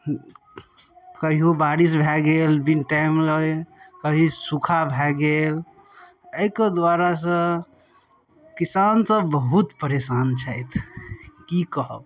कहिओ बारिश भऽ गेल बिन टाइम कभी सूखा भऽ गेल एहिके दुआरे से किसानसब बहुत परेशान छथि कि कहब